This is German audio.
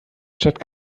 stadt